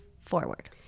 forward